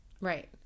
Right